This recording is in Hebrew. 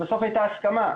בסוף הייתה הסכמה.